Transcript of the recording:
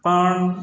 પણ